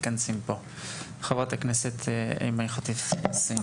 חברת הכנסת אימאן ח'טיב יאסין.